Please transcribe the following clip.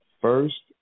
First